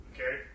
Okay